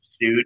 suit